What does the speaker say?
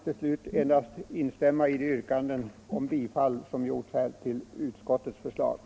Jag ber att få instämma i yrkandena om bifall till vad utskottet hemställt.